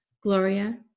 Gloria